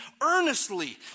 earnestly